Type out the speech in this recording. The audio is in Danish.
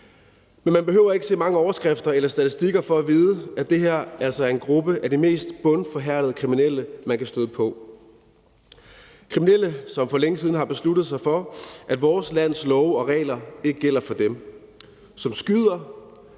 men man behøver ikke se mange overskrifter eller statistikker for at vide, at det her altså er en gruppe af de mest bundforhærdede kriminelle, man kan støde på, kriminelle, som for længe siden har besluttet sig for, at vores lands love og regler ikke gælder for dem, som skyder,